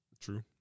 true